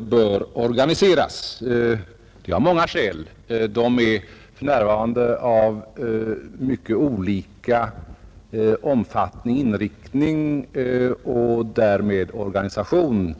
bör organiseras. Detta har många skäl. Kurserna är för närvarande av mycket olika omfattning, inriktning och därmed organisation.